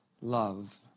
love